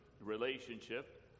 relationship